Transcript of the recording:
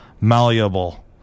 malleable